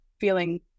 feeling